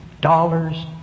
dollars